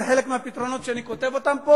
זה חלק מהפתרונות שאני כותב פה,